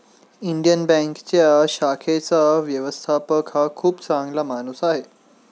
Indian बँकेच्या शाखेचा व्यवस्थापक हा खूप चांगला माणूस आहे